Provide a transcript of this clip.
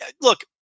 look